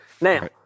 Now